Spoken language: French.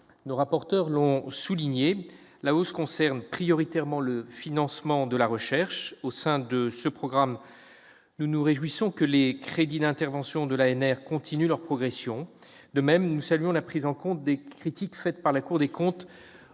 nos rapporteurs, la hausse concerne prioritairement le financement de la recherche. Au sein de ce programme, nous nous réjouissons que les crédits d'intervention de l'ANR continuent leur progression. De même, nous saluons la prise en compte des critiques faites par la Cour des comptes